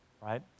right